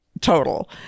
total